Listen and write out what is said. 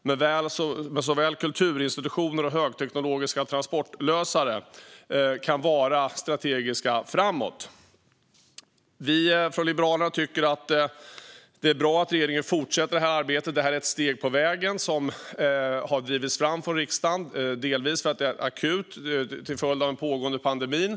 Men såväl kulturinstitutioner som högteknologiska transportlösare kan vara strategiska framöver. Liberalerna tycker att det är bra att regeringen fortsätter detta arbete. Det här är ett steg på vägen, som har drivits fram av riksdagen. Det har delvis gjorts för att det är akut till följd av den pågående pandemin.